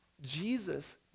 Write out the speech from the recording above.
Jesus